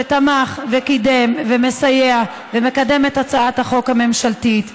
שתמך, וקידם, ומסייע ומקדם את הצעת החוק הממשלתית,